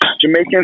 Jamaican